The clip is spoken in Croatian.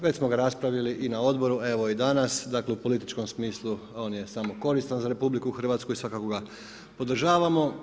Već smo ga raspravili i na odboru, evo i danas, dakle, u političkom smislu, on je samo koristan za RH i svakako ga podržavamo.